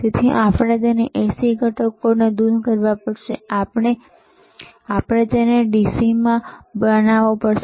તેથી આપણે AC ઘટકને દૂર કરવો પડશે અને આપણે તેને DC બનાવવો પડશે